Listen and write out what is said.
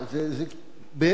באמת,